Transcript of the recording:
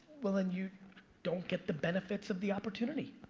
well, then you don't get the benefits of the opportunity.